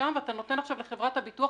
נותן עכשיו לחברת הביטוח